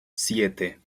siete